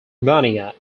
mania